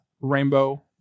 rainbow